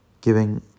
giving